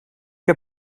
heb